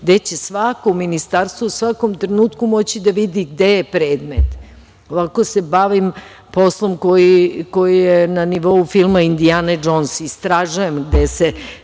gde će svako ministarstvo u svakom trenutku moći da vidi gde je predmet. Ovako se bavim poslom koji je na nivou filma „Indijana DŽons“, istražujem gde se,